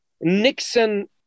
Nixon